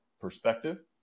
Perspective